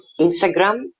Instagram